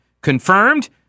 confirmed